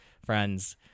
friends